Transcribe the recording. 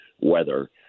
weather